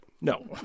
No